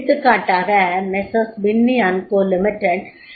எடுத்துக்காட்டாக Messrs Binny and Co limited Messers Binny Co